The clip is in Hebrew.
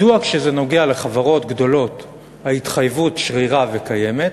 מדוע כשזה נוגע לחברות גדולות ההתחייבות שרירה וקיימת,